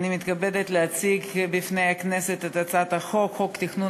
אני מתכבדת להציג בפני הכנסת את הצעת חוק התכנון